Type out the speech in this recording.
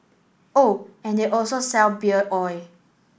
oh and they also sell beer oil